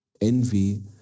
Envy